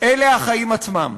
אלה החיים עצמם.